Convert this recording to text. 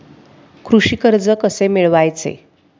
कृषी कर्ज कसे मिळवायचे?